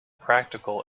practical